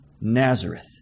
Nazareth